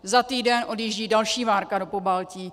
Za týden odjíždí další várka do Pobaltí.